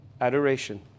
Adoration